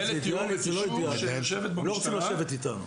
הם לא רוצים לשבת איתנו.